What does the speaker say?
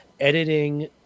editing